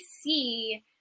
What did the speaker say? see